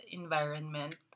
environment